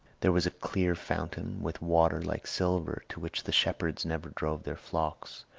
there was a clear fountain, with water like silver, to which the shepherds never drove their flocks,